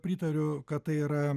pritariu kad tai yra